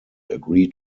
agree